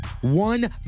one